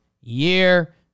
year